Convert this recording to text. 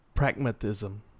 Pragmatism